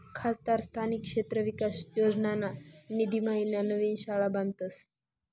खासदार स्थानिक क्षेत्र विकास योजनाना निधीम्हाईन नवीन शाळा बांधतस